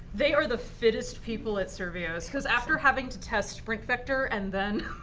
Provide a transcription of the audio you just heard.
they are the fittest people at survios. because after having to test sprint vector and then